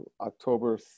October